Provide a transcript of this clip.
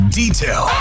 detail